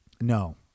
No